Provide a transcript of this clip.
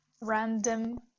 random